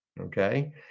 Okay